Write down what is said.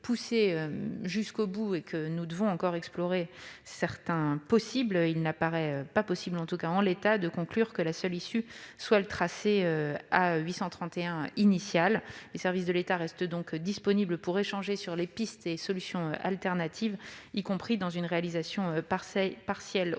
poussé jusqu'au bout et que nous devons encore explorer certaines options, il n'apparaît pas possible à ce stade de conclure que la seule issue soit le tracé A831 initial. Les services de l'État restent donc disponibles pour échanger sur les pistes et solutions alternatives, y compris sur la possibilité d'une réalisation partielle au